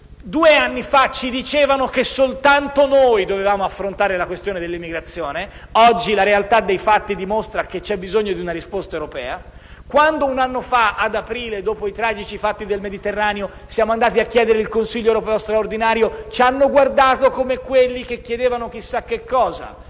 Due anni fa ci dicevano che soltanto noi dovevamo affrontare la questione della migrazione, mentre oggi la realtà dei fatti dimostra che c'è bisogno di una risposta europea. Quando un anno fa, ad aprile, dopo i tragici fatti del Mediterraneo, siamo andati a chiedere una riunione straordinaria del Consiglio europeo, ci hanno guardato come quelli che chiedevano chissà che cosa,